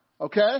Okay